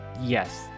Yes